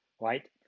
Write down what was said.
right